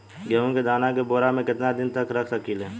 गेहूं के दाना के बोरा में केतना दिन तक रख सकिले?